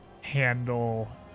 handle